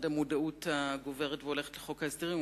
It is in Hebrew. המודעות הגוברת והולכת לחוק ההסדרים,